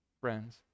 friends